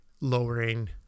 lowering